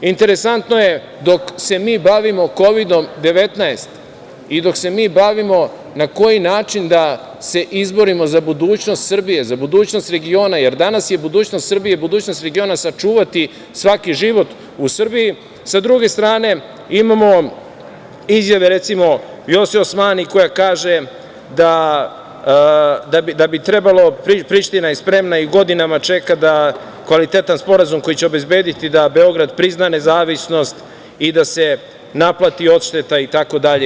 Interesantno je, dok se mi bavimo Kovidom-19 i dok se mi bavimo time na koji način da se izborimo za budućnost Srbije, za budućnost regiona, jer danas je budućnost Srbije i budućnost regiona sačuvati svaki život u Srbiji, sa druge strane imamo izjave, recimo, Vjose Osmani, koja kaže da je Priština spremna i godinama čeka kvalitetan sporazum koji će obezbediti da Beograd prizna nezavisnost i da se naplati odšteta itd.